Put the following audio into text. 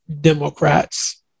Democrats